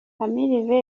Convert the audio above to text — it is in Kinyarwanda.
camille